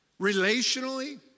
relationally